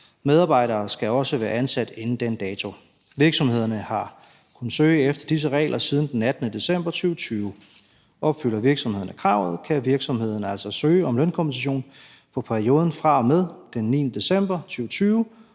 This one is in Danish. Medarbejdere skal også være ansat inden den dato. Virksomhederne har kunnet søge efter disse regler siden den 18. december 2020. Opfylder en virksomhed kravet, kan virksomheden altså søge om lønkompensation for perioden fra og med den 9. december 2020,